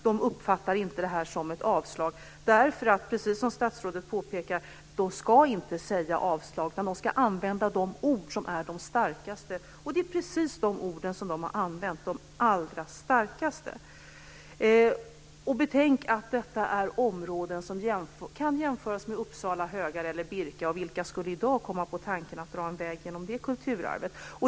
De uppfattar inte det här som ett avslag därför att, precis som statsrådet påpekar, man inte ska säga avslag, utan man ska använda de starkaste orden. Det är precis de orden som man har använt, de allra starkaste. Betänk att detta är områden som kan jämföras med Uppsala högar eller Birka! Vilka skulle i dag komma på tanken att dra en väg genom det kulturarvet?